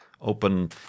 open